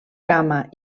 cama